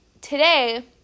today